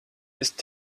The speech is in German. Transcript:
ist